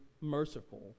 merciful